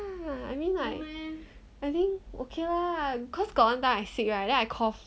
I mean like I think okay lah cause got one time I sick right then I cough